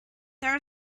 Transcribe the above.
there